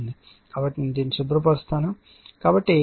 కాబట్టి నేను దానిని శుభ్ర పరుస్తాను